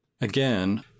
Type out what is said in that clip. Again